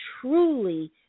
truly